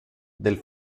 del